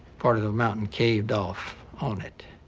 part of the mountain caved off on it.